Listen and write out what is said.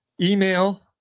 email